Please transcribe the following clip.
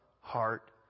heart